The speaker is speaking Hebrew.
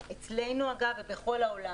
אצלנו אגב ובכל העולם,